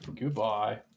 Goodbye